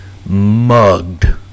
mugged